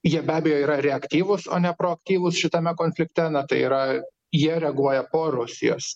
jie be abejo yra reaktyvūs o ne proaktyvūs šitame konflikte tai yra jie reaguoja po rusijos